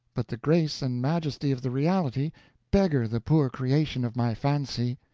but the grace and majesty of the reality beggar the poor creation of my fancy.